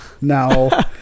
No